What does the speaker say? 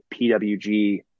PWG